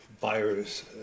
buyers